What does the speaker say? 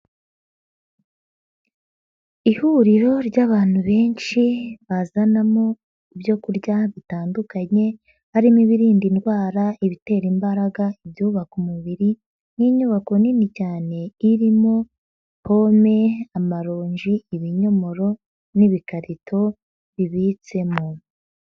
Ihuriro ry'abantu benshi bazanamo ibyo kurya bitandukanye harimo ibirinda indwara, ibitera imbaraga, ibyubaka umubiri n'inyubako nini cyane irimo pome, amaronji, ibinyomoro n'ibikarito bibitsemo.